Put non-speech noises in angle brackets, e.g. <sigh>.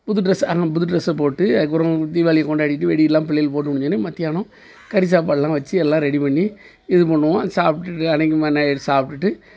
புது ட்ரெஸ் அந்த புது ட்ரெஸை போட்டு அதுக்கப்புறம் தீபாவளி கொண்டாடிகிட்டு வெடி எல்லாம் பிள்ளைகளுக்கு போட்டு முடிஞ்சோன்னே மத்தியானம் கறி சாப்பாடு எல்லாம் வச்சு எல்லாம் ரெடி பண்ணி இது பண்ணுவோம் சாப்பிட்டுட்டு அன்னைக்கு <unintelligible> எடுத்து சாப்பிடுட்டு